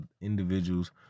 individuals